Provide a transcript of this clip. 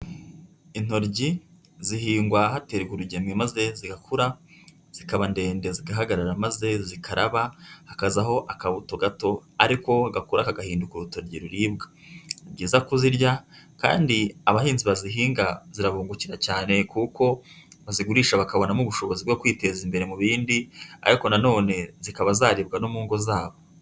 Intoryi zihingwa haterwa urugemwe maze zigakura, zikaba ndende zigahagarara maze zikaraba, hakazaho akabuto gato, ariko gakura kagahinduka urutoryi ruribwa. Ni byiza kuzirya, kandi abahinzi bazihinga zirabungukira cyane kuko bazigurisha bakabonamo ubushobozi bwo kwiteza imbere mu bindi, ariko na none zikaba zaribwa no mu ngo zabo.